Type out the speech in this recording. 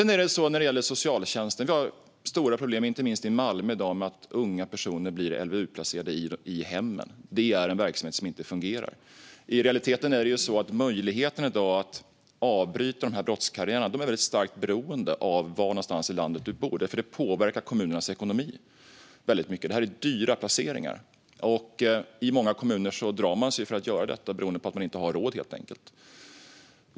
När det sedan gäller socialtjänsten har man stora problem inte minst i Malmö i dag med unga personer som blir LVU-placerade i hemmen. Det är en verksamhet som inte fungerar. I realiteten är möjligheten att avbryta de här brottskarriärerna i dag väldigt starkt beroende av var någonstans i landet man bor, därför att det påverkar kommunernas ekonomi väldigt mycket. Det här är dyra placeringar, och i många kommuner drar man sig för att göra detta för att man helt enkelt inte har råd.